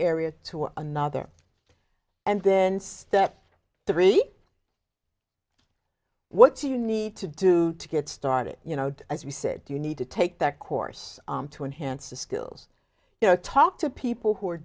area to another and then step three what you need to do to get started you know as you said you need to take that course to enhance the skills you know talk to people who are